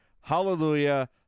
Hallelujah